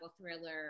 thriller